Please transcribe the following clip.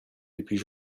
depuis